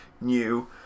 new